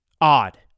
Odd